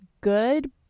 good